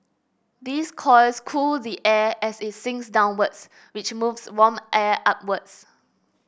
these coils cool the air as it sinks downwards which moves warm air upwards